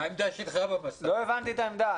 לא הבנתי את העמדה.